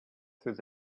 through